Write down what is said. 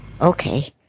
Okay